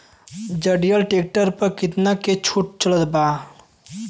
जंडियर tractor पर कितना के छूट चलत बा?